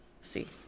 See